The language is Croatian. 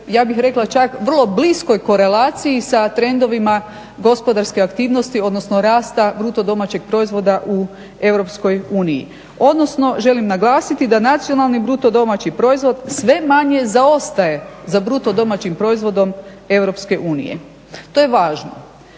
ja bih rekla čak vrlo bliskoj korelaciji sa trendovima gospodarske aktivnosti odnosno rasta BDP-a u EU. Odnosno želim naglasiti da nacionalni BDP sve manje zaostaje za BDP-om EU. To je važno